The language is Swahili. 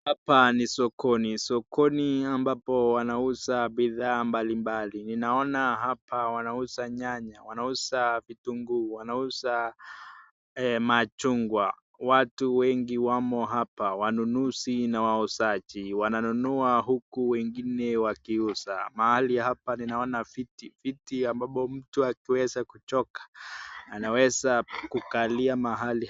Hapa ni sokoni, sokoni ambapo wanauza bidhaa mbalimbali. Ninaona hapa wanauza nyanya, wanauza vitunguu, wanauza machungwa. Watu wengi wamo hapa, wanunuzi na wauzaji wananunua huku wengine wakiuza. Mahali hapa viti, viti ambazo mtu akiweza kuchoka anaweza kukalia mahali.